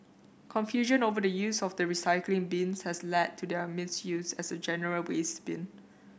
confusion over the use of the recycling bins has led to their misuse as a general waste bin